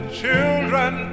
children